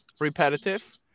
repetitive